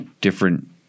different